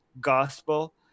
gospel